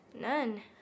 None